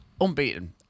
Unbeaten